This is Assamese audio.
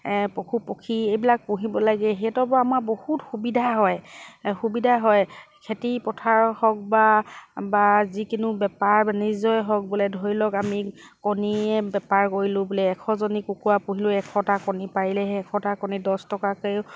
পশুপক্ষী এইবিলাক পুহিব লাগে সিহঁতৰ পৰা আমাৰ বহুত সুবিধা হয় সুবিধা হয় খেতি পথাৰ হওক বা বা যিকোনো বেপাৰ বাণিজ্যয়ে হওক বোলে ধৰি লওক আমি কণীয়ে বেপাৰ কৰিলো বোলে এশজনী কুকুৰা পুহিলো এশটা কণী পাৰিলে সেই এশটা কণী দছ টকাকেও